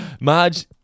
Marge